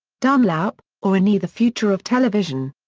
dunlap, orrin e. the future of television.